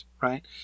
Right